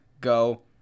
go